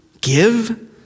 give